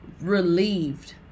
Relieved